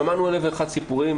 שמענו אלף ואחד סיפורים,